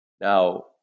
Now